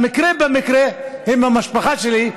במקרה במקרה הם המשפחה שלי,